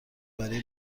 برای